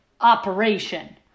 operation